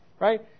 Right